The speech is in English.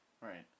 Right